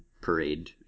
parade